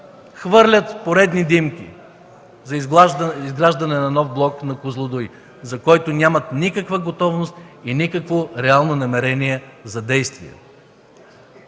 хвърлят поредни димки за изграждане на нов блок на „Козлодуй”, за който нямат никаква готовност и никакво реално намерение за действие.